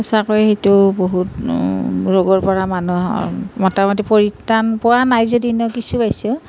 সঁচাকৈ সেইটো বহুত ৰোগৰ পৰা মানুহৰ মোটামোটি পৰিত্ৰাণ পোৱা নাই যদিও ইনেও কিছু পাইছে